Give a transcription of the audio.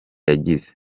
yagize